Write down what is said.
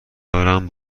دارم